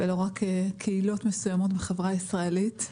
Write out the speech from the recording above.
ולא רק קהילות מסוימות בחברה הישראלית.